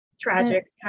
tragic